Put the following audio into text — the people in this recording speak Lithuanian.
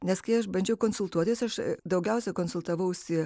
nes kai aš bandžiau konsultuotis aš daugiausiai konsultavausi